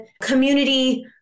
community